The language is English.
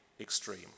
extreme